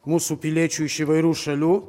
mūsų piliečių iš įvairių šalių